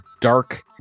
dark